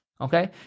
Okay